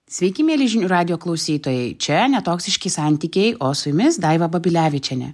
sveiki mieli žinių radijo klausytojai čia ne toksiški santykiai o su jumis daiva babilevičienė